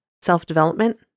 self-development